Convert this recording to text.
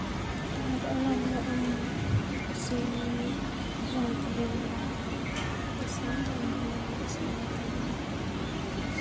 ᱟᱨ ᱚᱱᱟᱫᱚ ᱟᱢ ᱠᱩᱥᱤ ᱢᱟᱱᱮ ᱡᱟᱦᱟᱸ ᱛᱤᱱ ᱨᱮᱜᱮᱢ ᱤᱥᱤᱱᱟ ᱩᱱ ᱨᱮᱜᱮᱢ ᱤᱥᱤᱱ ᱫᱟᱲᱮᱭᱟᱜᱼᱟ